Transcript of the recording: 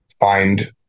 find